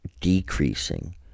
decreasing